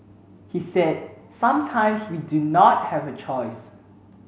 he said sometimes we do not have a choice